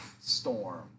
storm